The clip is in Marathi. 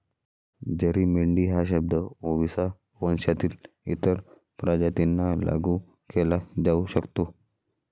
जरी मेंढी हा शब्द ओविसा वंशातील इतर प्रजातींना लागू केला जाऊ शकतो